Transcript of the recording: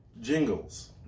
jingles